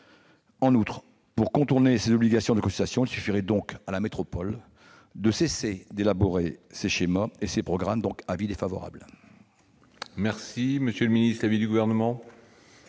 En outre, pour contourner ses obligations de consultation, il suffirait à la métropole de cesser d'élaborer ces schémas et ces programmes. Avis défavorable.